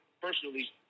personally